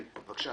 בבקשה.